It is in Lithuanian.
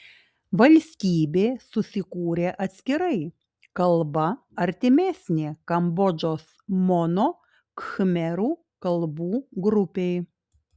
valstybė susikūrė atskirai kalba artimesnė kambodžos mono khmerų kalbų grupei